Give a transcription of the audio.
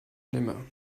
nimmer